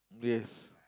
yes